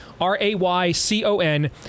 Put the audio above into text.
R-A-Y-C-O-N